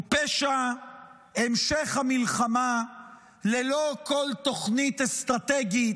פשע המשך המלחמה ללא כל תוכנית אסטרטגית,